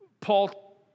Paul